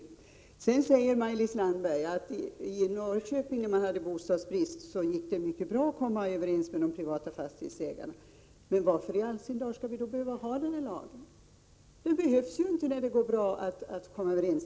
17 Sedan säger Maj-Lis Landberg att när man hade bostadsbrist i Norrköping gick det mycket bra att komma överens med de privata fastighetsägarna. Men varför i all sin dar skall vi då behöva ha den här lagen? Den behövs ju inte när det ändå går bra att komma överens.